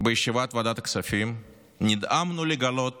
בישיבת ועדת הכספים נדהמנו לגלות